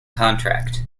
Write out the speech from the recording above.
contract